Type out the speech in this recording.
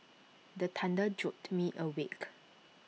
the thunder jolt me awake